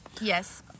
Yes